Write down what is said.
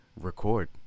record